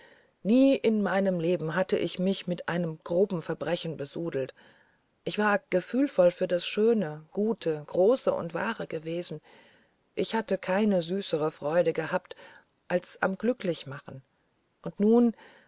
nie in meinem leben hatte ich mich mit einem groben verbrechen besudelt ich war gefühlvoll für das schöne gute große und wahre gewesen ich hatte keine süßere freude gehabt als am glücklichmachen und nun